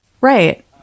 Right